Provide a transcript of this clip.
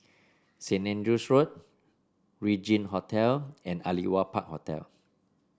Saint Andrew's Road Regin Hotel and Aliwal Park Hotel